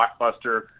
blockbuster